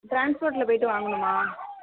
ட்ரான்ஸ்போர்ட்டில் போய்விட்டு வாங்கணுமா